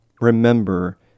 Remember